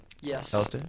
Yes